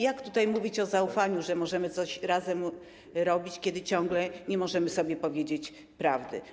Jak tutaj mówić o zaufaniu, o tym, że możemy coś razem robić, kiedy ciągle nie możemy sobie powiedzieć prawdy?